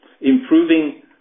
improving